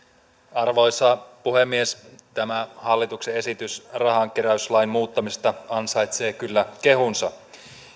arvoisa puhemies tämä hallituksen esitys rahanke räyslain muuttamisesta ansaitsee kyllä kehunsa